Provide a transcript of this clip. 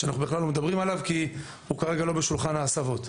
שאנחנו בכלל לא מדברים עליו כי הוא כרגע לא בשולחן ההסבות.